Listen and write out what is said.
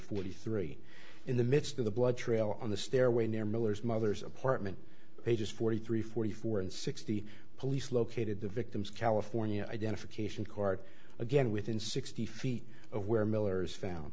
forty three in the midst of the blood trail on the stairway near miller's mother's apartment pages forty three forty four and sixty police located the victim's california identification card again within sixty feet of where miller's found